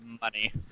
money